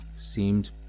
seemed